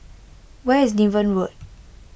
where is Niven Road